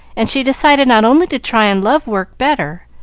and she decided not only to try and love work better,